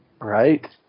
Right